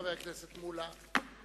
חבר הכנסת מולה,